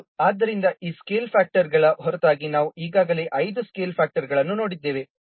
ಇವುಗಳು ಆದ್ದರಿಂದ ಈ ಸ್ಕೇಲ್ ಫ್ಯಾಕ್ಟರ್ಗಳ ಹೊರತಾಗಿ ನಾವು ಈಗಾಗಲೇ ಐದು ಸ್ಕೇಲ್ ಫ್ಯಾಕ್ಟರ್ಗಳನ್ನು ನೋಡಿದ್ದೇವೆ